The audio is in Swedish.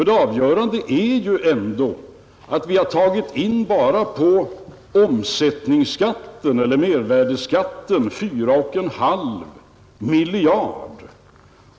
Det avgörande är ju ändå att vi har tagit in 4,5 miljarder kronor bara på mervärdeskatten.